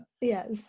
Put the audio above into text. yes